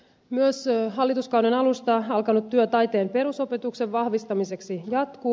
myös hallituskauden alusta alkanut työ taiteen perusopetuksen vahvistamiseksi jatkuu